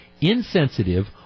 insensitive